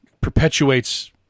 perpetuates